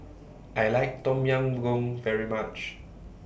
I like Tom Yam Goong very much